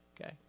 Okay